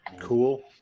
cool